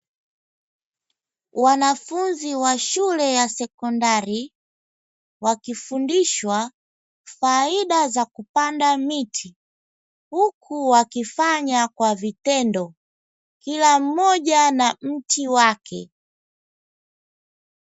Wanafunzi wa shule ya sekondari, wakifundishwa faida za kupanda miti huku wakifanya kwa vitendo, kila mmoja na mti wake.